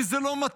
כי זה לא נוח לו.